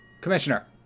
Commissioner